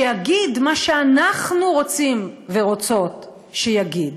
שיגיד מה שאנחנו רוצים ורוצות שיגיד.